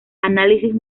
análisis